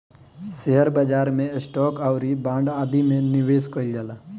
share बाजार में stock आउरी बांड आदि में निबेश कईल जाला